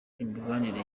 imibanire